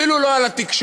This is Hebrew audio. אפילו לא על התקשורת,